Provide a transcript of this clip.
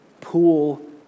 pool